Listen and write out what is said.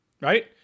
right